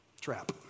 trap